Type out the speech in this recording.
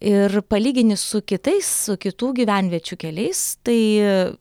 ir palygini su kitais su kitų gyvenviečių keliais tai